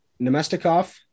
Nemestikov